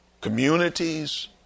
communities